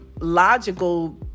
logical